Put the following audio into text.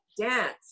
dance